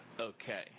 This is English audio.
okay